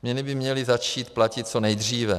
Změny by měly začít platit co nejdříve.